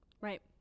right